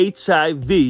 HIV